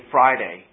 Friday